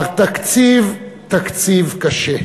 התקציב תקציב קשה.